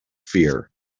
fear